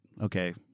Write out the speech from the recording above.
okay